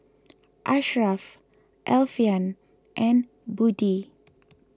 Ashraf Alfian and Budi